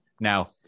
Now